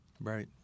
Right